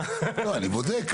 לא, אני בודק.